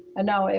and now, and